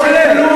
לא עשית כלום.